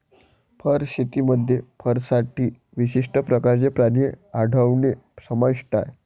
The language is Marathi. फर शेतीमध्ये फरसाठी विशिष्ट प्रकारचे प्राणी वाढवणे समाविष्ट आहे